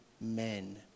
men